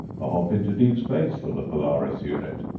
a hop into deep space for the polaris unit!